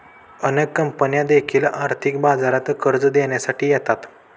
अनेक कंपन्या देखील आर्थिक बाजारात कर्ज देण्यासाठी येतात